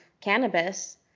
cannabis